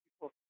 People